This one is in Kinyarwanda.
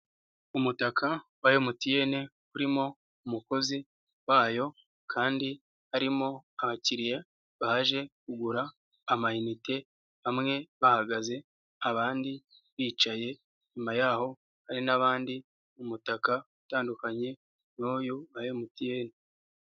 Umutaka wa MTN urimo umukozi wayo, kandi harimo abakiriya baje kugura amanite, bamwe bahagaze abandi bicaye, inyuma yaho hari n' abandi mu mutaka utandukanye n'uyu wa MTN.